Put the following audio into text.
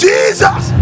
Jesus